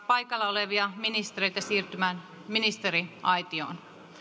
paikalla olevia ministereitä siirtymään ministeriaitioon